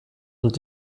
und